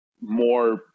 more